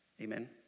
Amen